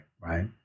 Right